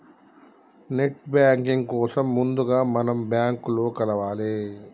net banking కోసం ముందుగా మనం బ్యాంకులో కలవాలే